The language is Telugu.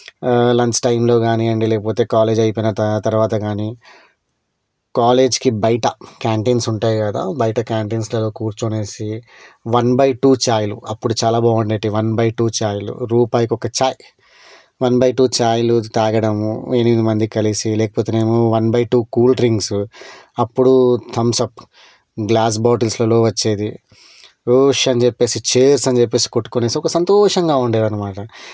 లంచ్ టైంలో కానివ్వండి లేకపోతే కాలేజ్ అయిపోయిన తా తరువాత కానీ కాలేజ్కి బయట క్యాంటీన్స్ ఉంటాయి కదా బయట క్యాంటీన్స్లలో కూర్చొనేసి వన్ బై టూ ఛాయ్లు అప్పుడు చాలా బాగుండేవి వన్ బై టూ ఛాయ్లు రూపాయి ఛాయ్ వన్ బై టూ ఛాయ్లు త్రాగడము ఎనిమిది మంది కలిసి లేకపోతేనేమో one by two cool drinks అప్పుడు థమ్స్ అప్ గ్లాస్ బాటిల్స్లలో వచ్చేది రోష్ అని చెప్పేసి చేర్స్ అని చెప్పేసి కొట్టుకునేసి ఒక సంతోషంగా ఉండేది అన్నమాట